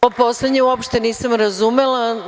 Ovo poslednje uopšte nisam razumela.